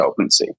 OpenSea